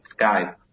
Skype